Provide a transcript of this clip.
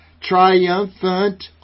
triumphant